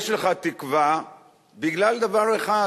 יש לך תקווה בגלל דבר אחד,